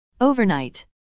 Overnight